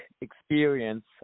experience